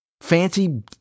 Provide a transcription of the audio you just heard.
Fancy